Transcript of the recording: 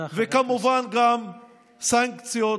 וכמובן גם סנקציות,